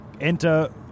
enter